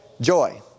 joy